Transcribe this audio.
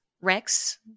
Rex